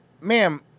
ma'am